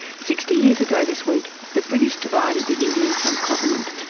sixty years ago this week the british divided the indian subcontinent,